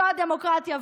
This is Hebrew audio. זו הדמוקרטיה.